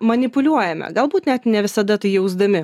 manipuliuojame galbūt net ne visada tai jausdami